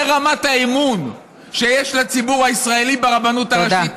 זה רמת האמון שיש לציבור הישראלי ברבנות הראשית.